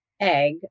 egg